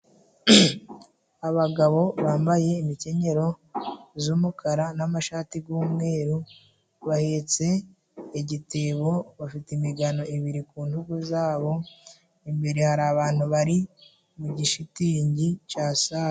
Abagabo bambaye imikenyero z'umukara n'amashati g'umweru bahetse igitebo, bafite imigano ibiri ku ntugu zabo, imbere hari abantu bari mu gishitingi cya sale.